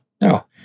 no